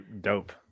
dope